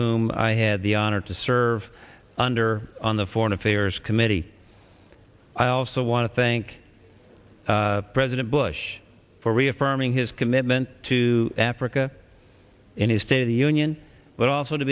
whom i had the honor to serve under on the foreign affairs committee i also want to thank president bush for reaffirming his commitment to africa in his state of the union but also to